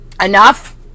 enough